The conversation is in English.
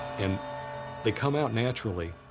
and they come out naturally.